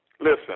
listen